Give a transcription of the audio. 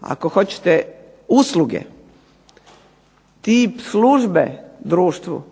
ako hoćete usluge, tip službe društvu